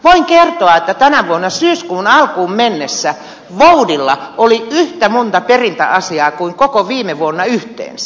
voin kertoa että tänä vuonna syyskuun alkuun menneessä voudilla oli yhtä monta perintäasiaa kuin koko viime vuonna yhteensä